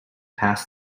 pass